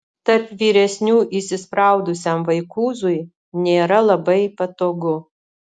tarp vyresnių įsispraudusiam vaikūzui nėra labai patogu